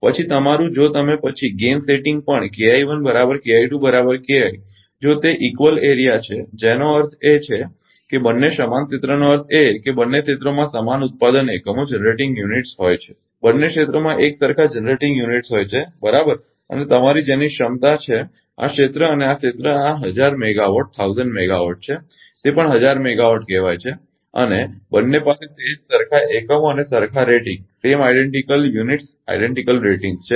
પછી તમારું જો તમે પછી ગેઇન સેટિંગ પણ જો તે સમાન ક્ષેત્ર છે એનો અર્થ એ કે બંને સમાન ક્ષેત્રનો અર્થ એ છે કે બંને ક્ષેત્રોમાં સમાન ઉત્પાદન એકમો જનરેટિંગ યુનિટ્સ હોય છે બંને ક્ષેત્રોમાં એક સરખા જનરેટિંગ યુનિટ્સ હોય છે બરાબર અને તમારી જેની સમાન ક્ષમતા છે આ ક્ષેત્ર અને આ ક્ષેત્ર આ હજાર મેગાવાટ છે તે પણ હજાર મેગાવાટ કહેવાય છે અને બંને પાસે તે જ સરખા એકમો અને સમાન રેટિંગ છે